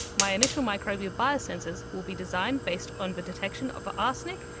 my initial microbial biosensors will be designed based on the detection of arsenic,